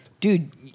Dude